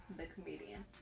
the comedian.